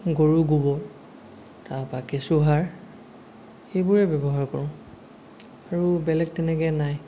গৰুৰ গোবৰ তাপা কেচু সাৰ সেইবোৰে ব্যৱহাৰ কৰোঁ আৰু বেলেগ তেনেকৈ নাই